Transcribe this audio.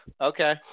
okay